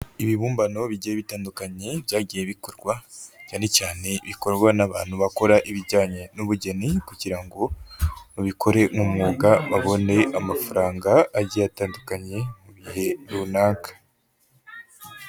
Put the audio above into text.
Ibibumbano bigiye bitandukanye byagiye bikorwa cyane cyane bikorwa n'abantu bakora ibijyanye n'ubugeni kugira ngo babikore nk'umwuga babone amafaranga agiye atandukanye mu bihe runaka.